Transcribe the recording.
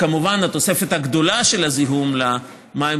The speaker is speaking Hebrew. וכמובן התוספת הגדולה של הזיהום למים